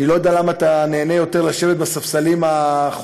אני לא יודע למה אתה נהנה יותר לשבת בספסלים האחוריים,